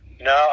No